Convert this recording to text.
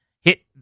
hit